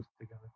together